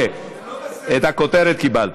כי אתה צועק.